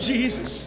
Jesus